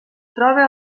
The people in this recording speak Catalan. troba